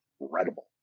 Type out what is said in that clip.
incredible